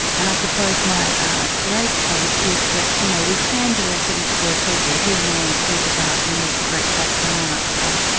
and i suppose my ah great hope is that, you know, we can be all things to all people. hearing alan speak about the need for great culture and arts, um